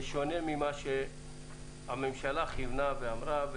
בשונה ממה שהממשלה כיוונה ואמרה.